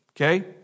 okay